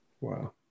Wow